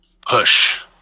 push